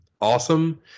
awesome